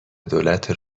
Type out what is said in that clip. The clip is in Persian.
دولت